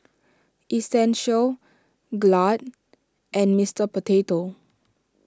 Essential Glad and Mister Potato